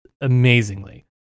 amazingly